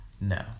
No